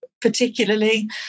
particularly